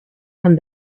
and